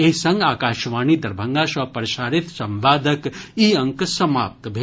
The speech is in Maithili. एहि संग आकाशवाणी दरभंगा सँ प्रसारित संवादक ई अंक समाप्त भेल